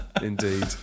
Indeed